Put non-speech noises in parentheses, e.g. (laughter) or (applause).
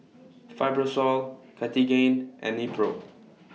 Fibrosol Cartigain and Nepro (noise)